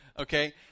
Okay